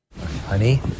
Honey